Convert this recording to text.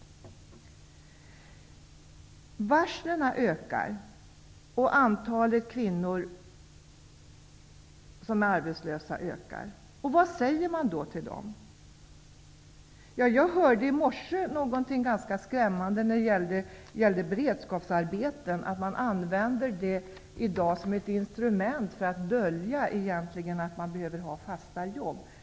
Varslen ökar och antalet arbetslösa kvinnor ökar. Vad säger man då till dem? I morse hörde jag någonting ganska skrämmande när det gäller beredskapsarbeten, nämligen att man i dag använder denna typ av arbeten som ett instrument för att dölja behovet av fasta arbeten.